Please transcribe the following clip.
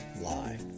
lie